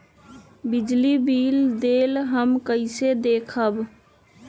बिजली बिल देल हमन कईसे देखब?